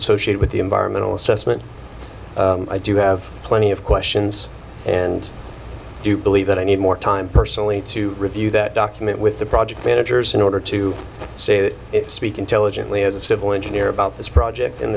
associated with the environmental assessment i do have plenty of questions and do believe that i need more time personally to review that document with the project managers in or to say that speak intelligently as a civil engineer about this project